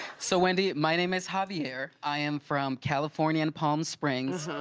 so wendy my name is javier, i am from california in palm springs,